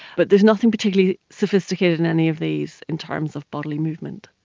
but there's nothing particularly sophisticated in any of these in terms of bodily movement.